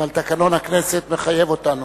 אבל תקנון הכנסת מחייב אותנו.